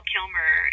Kilmer